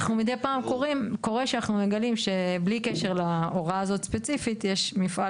אנחנו מידי פעם קורה שאנחנו מגלים שבלי קשר להוראה הזאת ספציפית יש מפעל